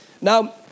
Now